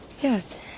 Yes